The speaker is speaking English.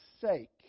sake